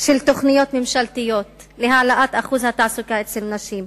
של תוכניות ממשלתיות להעלאת אחוז התעסוקה אצל נשים,